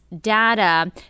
data